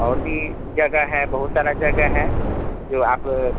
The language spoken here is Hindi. और भी जगह है बहुत सारा जगह है जो आप